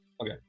Okay